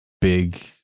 big